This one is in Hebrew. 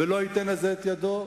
ולא ייתן לזה את ידו,